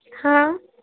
ہاں